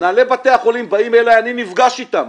מנהלי בתי החולים באים אלי ואני נפגש אתם.